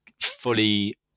fully